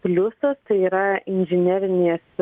pliusas tai yra inžinerinės